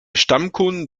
stammkunden